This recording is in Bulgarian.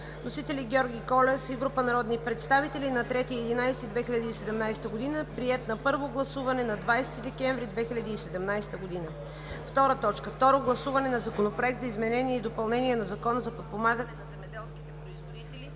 Вносители са Георги Колев и група народни представители на 3 ноември 2017 г. Приет е на първо гласуване на 20 декември 2017 г. 2. Второ гласуване на Законопроекта за изменение и допълнение на Закона за подпомагане на земеделските производители.